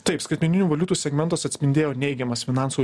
taip skaitmeninių valiutų segmentas atspindėjo neigiamas finansų